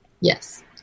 yes